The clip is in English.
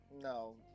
No